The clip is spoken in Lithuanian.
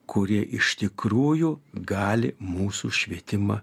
kurie iš tikrųjų gali mūsų švietimą